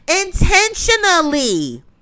intentionally